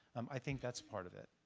um i think that's part of it.